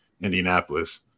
Indianapolis